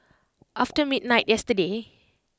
after midnight yesterday